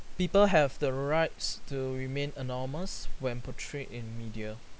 people have the rights to remain anonymous when portrayed in media